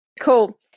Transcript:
Cool